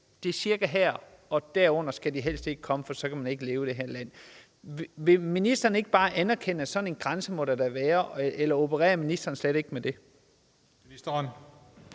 Det er cirka her, og derunder skal det helst ikke komme, for så kan man ikke leve i det her land. Vil ministeren ikke bare anerkende, at sådan en grænse må der da være, eller opererer ministeren slet ikke med det? Kl.